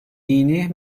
dini